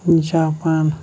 Japan